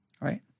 right